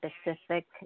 specific